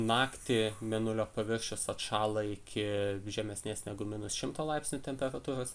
naktį mėnulio paviršius atšąla iki žemesnės negu minus šimto laipsnių temperatūros